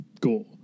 gore